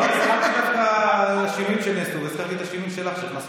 הזכרתי את השינויים שנעשו,